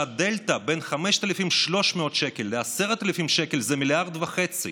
שהדלתא בין 5,300 שקל ל-10,000 שקל זה מיליארד וחצי.